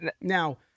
Now